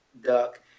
duck